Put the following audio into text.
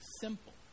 simple